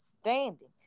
standing